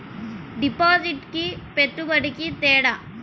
డిపాజిట్కి పెట్టుబడికి తేడా?